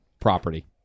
property